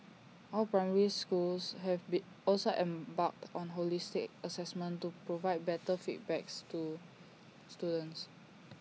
all primary schools have also embarked on holistic Assessment to provide better feedback to students